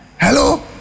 Hello